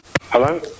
Hello